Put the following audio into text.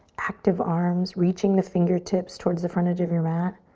active arms, reaching the fingertips towards the front edge of your mat,